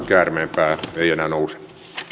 käärmeenpää ei enää nouse